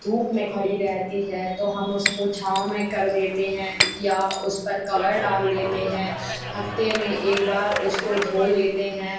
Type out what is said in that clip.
धूप में खड़ी रहती है तो हम उसको छाँव में कर देते हैं या उस पर कवर डाल देते हैं हफ्ते में एक बार उसको धो लेते हैं